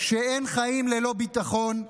שאין חיים ללא ביטחון,